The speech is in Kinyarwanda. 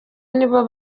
nibo